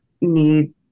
need